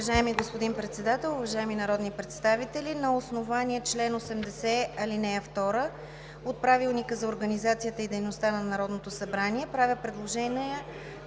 Уважаеми господин Председател, уважаеми народни представители на основание чл. 80, ал. 2 от Правилника за организацията и дейността на Народното събрание правя предложение